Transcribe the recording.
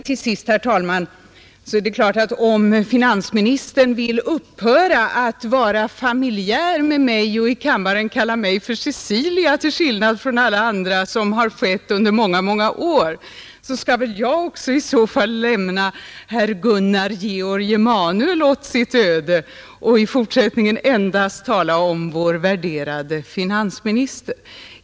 Till sist, herr talman, är det klart att om finansministern vill upphöra att vara familjär med mig och upphöra att i kammaren kalla mig för Cecilia till skillnad från alla andra, såsom skett under många, många år, så skall väl jag också i så fall lämna herr Gunnar Georg Emanuel åt sitt öde och i fortsättningen endast tala om vår värderade finansminister.